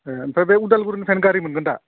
ए ओमफ्राय बे उदालगुरिनिफ्रायनो गारि मोनगोनदा